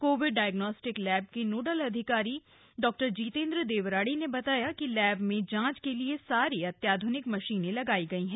Covid diagnostic lab के nodal officer doctor Jitendra Devrari ने बताया कि लब्ब में जांच के लिए सारी अत्याध्निक मशीनें लगाई गई हैं